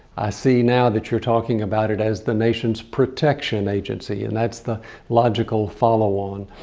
i see now that you're talking about it as the nation's protection agency, and that's the logical follow on.